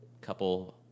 couple